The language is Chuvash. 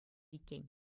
иккен